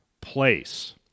place